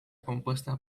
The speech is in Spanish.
compuesta